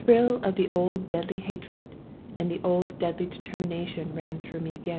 a thrill of the old deadly hatred and the old deadly determination ran through me again.